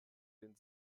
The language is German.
den